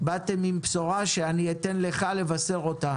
-- באתם עם בשורה שאני אתן לך לבשר אותה